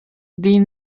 die